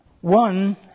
One